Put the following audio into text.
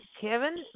Kevin